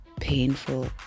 painful